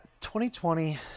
2020